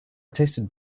tasted